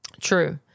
True